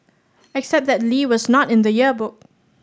except that Lee was not in the yearbook